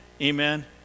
Amen